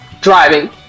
driving